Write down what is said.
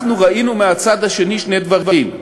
אנחנו ראינו מהצד השני שני דברים: